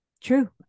True